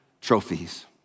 trophies